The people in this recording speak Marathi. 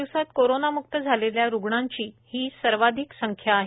दिवसात कोरोनामुक्त झालेल्या रुग्णांची ही सर्वाधिक संख्या आहे